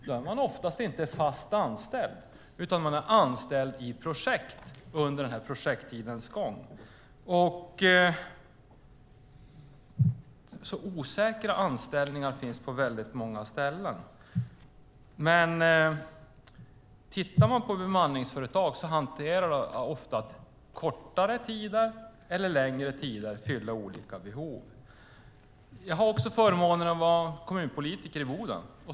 Där är man oftast inte fast anställd utan man är anställd i projekt under projekttidens gång. Osäkra anställningar finns på många ställen. Om vi tittar på bemanningsföretagen kan vi se att uppdrag med kortare och längre tider fyller olika behov. Jag har också förmånen att vara kommunpolitiker i Boden.